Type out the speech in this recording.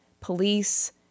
police